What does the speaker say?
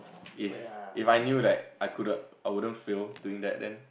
if If I knew like I couldn't I wouldn't fail doing that then